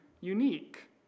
unique